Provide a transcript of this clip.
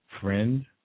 friend